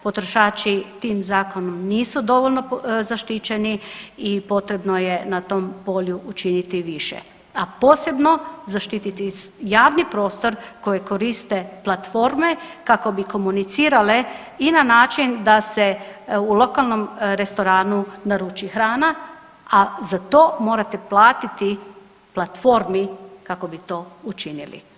Potrošači tim zakonom nisu dovoljno zaštićeni i potrebno je na tom polju učiniti više, a posebno zaštiti javni prostor koji koriste platforme kako bi komunicirale i na način da se u lokalnom restoranu naruči hrana, a za to morate platiti platformi kako bi to učinili.